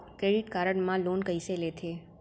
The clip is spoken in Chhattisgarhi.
क्रेडिट कारड मा लोन कइसे लेथे?